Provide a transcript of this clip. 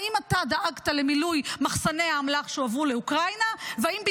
האם אתה דאגת למילוי מחסני האמל"ח שהועברו לאוקראינה,